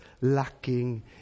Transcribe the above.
lacking